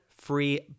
free